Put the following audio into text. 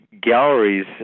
galleries